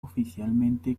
oficialmente